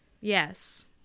Yes